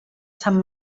sant